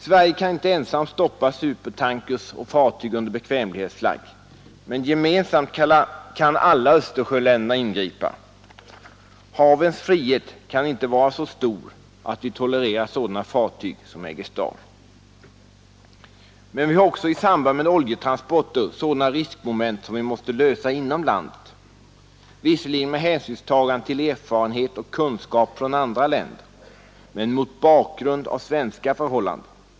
Sverige kan inte ensamt stoppa supertankers och fartyg under bekvämlighetsflagg, men gemensamt kan alla Östersjöländerna ingripa. Havens frihet kan inte vara så stor att vi tolererar sådana fartyg som Aegis Star. Men vi har också i samband med oljetransporter sådana riskmoment som vi måste klara av inom landet, visserligen med hänsynstagande till erfarenhet och kunskap från andra länder men mot bakgrund av svenska förhållanden.